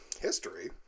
history